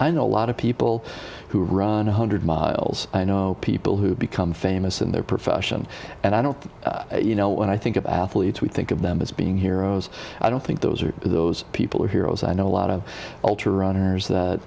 i know a lot of people who run a hundred miles i know people who become famous in their profession and i don't you know when i think of athletes we think of them as being heroes i don't think those are those people are heroes i know a lot of ultra runners that